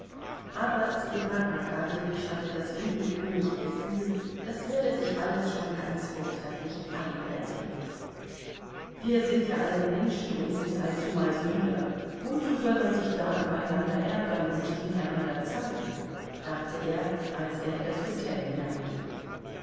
aber stepan arkadjewitsch hatte das unwillkürliche gefühl das werde sich alles schon ganz vortrefflich einrenken wir sind ja alle menschen und sind allzumal sünder wozu soll man sich da übereinander ärgern und sich miteinander zanken dachte er als er in das hotel